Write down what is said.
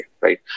right